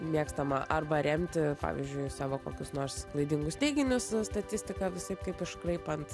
mėgstama arba remti pavyzdžiui savo kokius nors klaidingus teiginius statistiką visaip kaip iškraipant